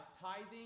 tithing